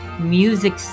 music